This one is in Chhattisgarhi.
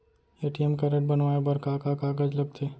ए.टी.एम कारड बनवाये बर का का कागज लगथे?